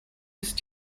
ist